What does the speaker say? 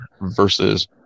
versus